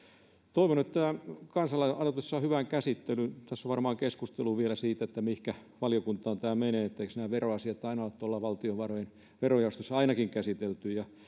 toivon että kansalaisaloite saa hyvän käsittelyn tässä on varmaan keskustelua vielä siitä mihinkä valiokuntaan tämä menee eikös nämä veroasiat ole aina ainakin valtiovarojen verojaostossa käsitelty